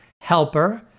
Helper